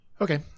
okay